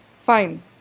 Fine